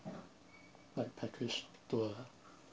like package tour ah